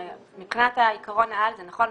מבחינת עיקרון העל זה נכון,